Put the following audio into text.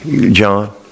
John